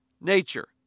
nature